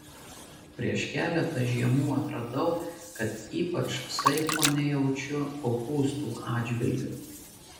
prieš keletą žiemų atradau kad ypač saiko nejaučiu kopūstų atžvilgiu